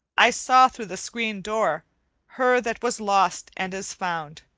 i saw through the screen door her that was lost and is found.